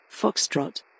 Foxtrot